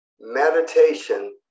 Meditation